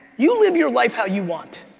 you live your life how you want.